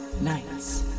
nights